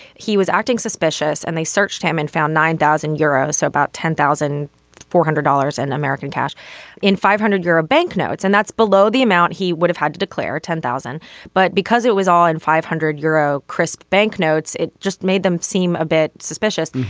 he was acting suspicious and they searched him and found nine thousand euros so about ten thousand four hundred dollars in american cash in five five hundred euro banknotes and that's below the amount he would have had to declare. ten thousand but because it was all in five hundred euro crisp banknotes it just made them seem a bit suspicious.